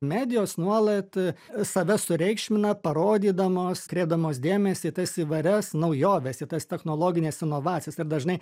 medijos nuolat save sureikšmina parodydamos kreipdamos dėmesį į tas įvairias naujoves į tas technologines inovacijas ir dažnai